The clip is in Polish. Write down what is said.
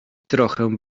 trochę